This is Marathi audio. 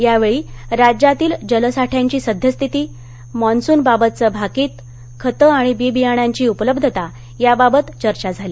यावेळी राज्यातील जलसाठ्यांची सद्यस्थिती मान्सूनबाबतघं भाकित खत आणि बी बियाण्याची उपलब्धता या बाबत चर्चा झाली